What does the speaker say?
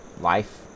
life